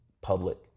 public